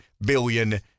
billion